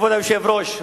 כבוד היושב-ראש,